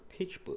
PitchBook